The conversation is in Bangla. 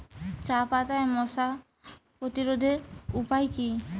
চাপাতায় মশা প্রতিরোধের উপায় কি?